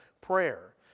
prayer